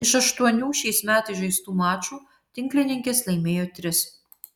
iš aštuonių šiais metais žaistų mačų tinklininkės laimėjo tris